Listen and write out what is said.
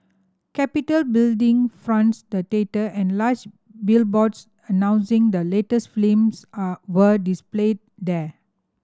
Capitol Building fronts the theatre and large billboards announcing the latest films are were displayed there